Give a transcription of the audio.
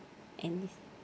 end this